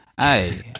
Hey